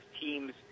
teams